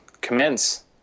commence